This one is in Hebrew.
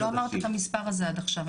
לא אמרת את המספר הזה עד עכשיו.